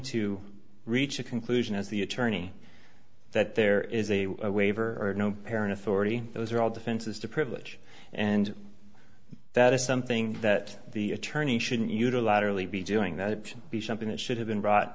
to reach a conclusion as the attorney that there is a waiver or no parent authority those are all defenses to privilege and that is something that the attorney shouldn't uta latterly be doing that it should be something that should have been brought